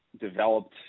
developed